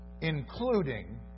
including